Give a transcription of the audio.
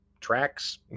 tracks